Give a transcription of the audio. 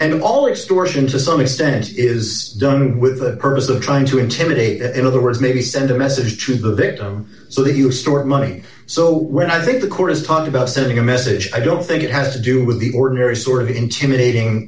in all its stores and to some extent is done with the purpose of trying to intimidate in other words maybe send a message to the victim so that you store money so when i think the court is talk about sending a message i don't think it has to do with the ordinary sort of intimidating